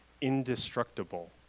indestructible